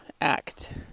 act